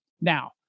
now